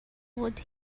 would